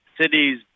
cities